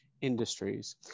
industries